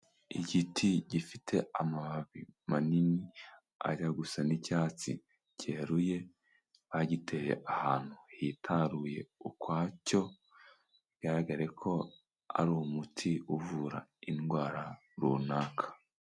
Igiti gifite amababi manini ajya gusa n'icyatsi cyeruye bagiteye ahantu hitaruye ukwacyo bigaragare ko ari umuti uvura indwara runaka.